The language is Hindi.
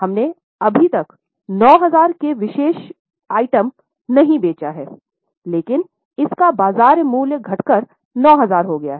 हमने अभी तक 9000 में विशेष आइटम नहीं बेचा है लेकिन इसका बाजार मूल्य घटकर 9000 हो गया है